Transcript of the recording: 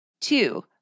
Two